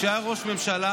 וכשהיה ראש ממשלה,